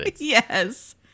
Yes